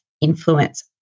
influence